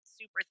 super